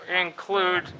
include